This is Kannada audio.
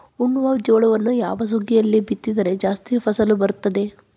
ಉಣ್ಣುವ ಜೋಳವನ್ನು ಯಾವ ಸುಗ್ಗಿಯಲ್ಲಿ ಬಿತ್ತಿದರೆ ಜಾಸ್ತಿ ಫಸಲು ಬರುತ್ತದೆ?